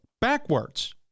backwards